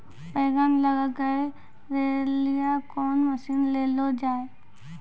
बैंगन लग गई रैली कौन मसीन ले लो जाए?